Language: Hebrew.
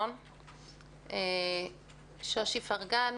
שוש איפרגן,